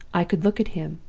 i could look at him,